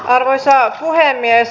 arvoisa puhemies